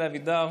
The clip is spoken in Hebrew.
אלי אבידר,